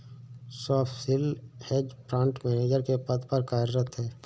Swapnil hedge fund manager के पद पर कार्यरत है